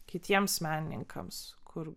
kitiems menininkams kur